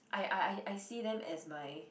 I I I I see them as my